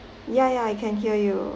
ya ya I can hear you